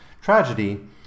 tragedy